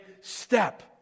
step